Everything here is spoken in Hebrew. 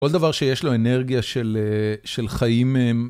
כל דבר שיש לו אנרגיה של חיים